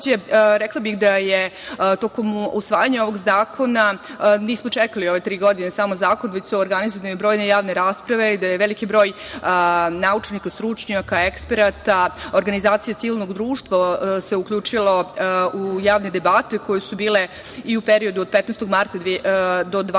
rekla bih da je tokom usvajanja ovog zakona, nismo čekali ove tri godine samo zakon, već su organizovane brojne javne rasprave gde je veliki broj naučnika, stručnjaka, eksperata, organizacija civilnog društva se uključila u javne debate koje su bile i u periodu od 15. marta do 20.